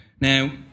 Now